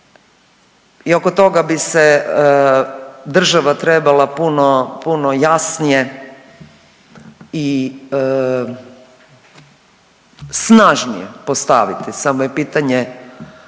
i oko toga bi se država trebala puno, puno jasnije i snažnije postaviti samo je pitanje